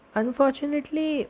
unfortunately